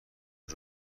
بود